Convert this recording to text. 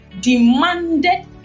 demanded